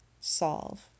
solve